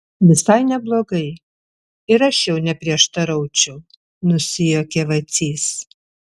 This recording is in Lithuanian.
visai neblogai ir aš jau neprieštaraučiau nusijuokė vacys